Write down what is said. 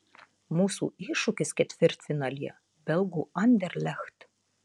mūsų iššūkis ketvirtfinalyje belgų anderlecht